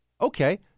okay